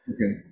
Okay